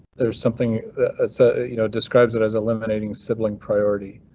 there's something that's ah you know describes it as eliminating sibling priority.